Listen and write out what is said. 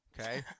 Okay